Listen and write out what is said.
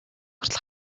хүртэл